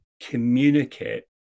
communicate